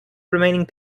remaining